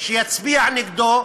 שיצביע נגדו,